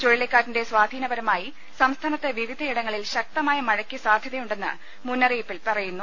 ചുഴലിക്കാറ്റിന്റെ സ്വാധീനപരമായി സംസ്ഥാനത്ത്വിവിധ യിടങ്ങളിൽ ശക്തമായ മഴയ്ക്ക് സാധ്യതയുണ്ടെന്ന് മുന്നറി യിപ്പിൽ പറയുന്നു